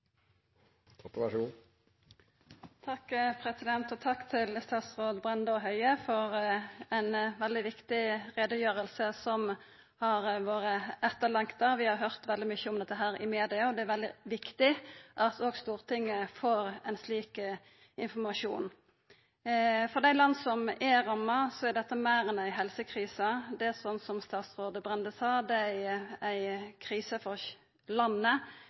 Takk til statsrådane Brende og Høie for ei veldig viktig utgreiing som har vore etterlengta. Vi har høyrt veldig mykje om dette i media, og det er veldig viktig at òg Stortinget får slik informasjon. For dei landa som er ramma, er dette meir enn ei helsekrise. Det er, som utanriksminister Brende sa, ei krise for landet